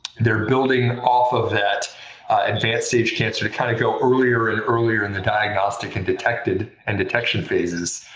they're building off of that advanced-stage cancer to kind of go earlier and earlier in the diagnostic and detection and detection phases.